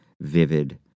vivid